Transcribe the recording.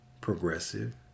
progressive